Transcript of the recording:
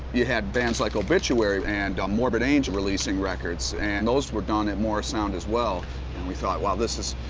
you had bands like obituary and um morbid angel releasing records, and those were done at morrisound as well. and we thought well, this is,